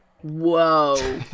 Whoa